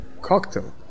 cocktail